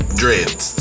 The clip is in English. dreads